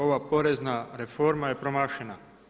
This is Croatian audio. Ova porezna reforma je promašena.